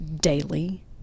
daily